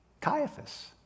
Caiaphas